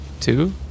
Two